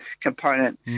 component